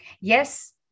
Yes